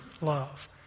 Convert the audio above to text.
love